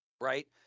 right